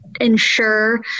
ensure